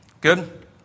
Good